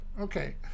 Okay